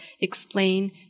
explain